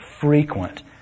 frequent